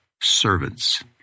servants